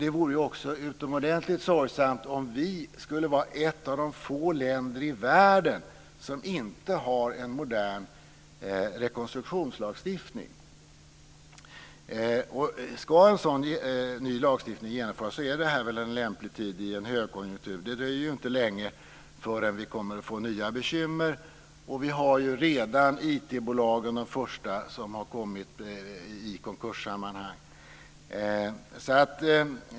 Det vore också utomordentligt sorgesamt om Sverige skulle vara ett av de få länder i världen som inte har en modern rekonstruktionslagstiftning. Ska en sådan ny lagstiftning genomföras så är det väl en lämplig tid att göra det nu, i en högkonjunktur. Det dröjer inte länge förrän vi kommer att få nya bekymmer - vi har redan sett de första IT-bolagen i konkurssammanhang.